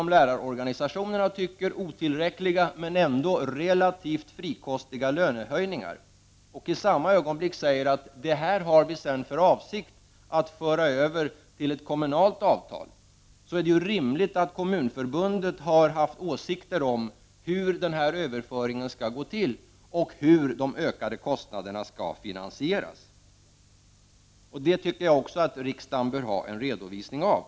Om regeringen förhandlar om relativt frikostiga lönehöjningar för lärarna, även om de enligt lärarorganisationerna är otillräckliga, och i samma ögonblick säger att den har för avsikt att sedan föra över lärartjänsterna till kommunalt reglerade lärartjänster och därmed få ett kommunalt avtal, är det ju rimligt att Kommunförbundet har haft åsikter om hur denna överföring skall gå till och hur de ökade kostnaderna skall finansieras. Det tycker jag att riksdagen bör få en redovisning av.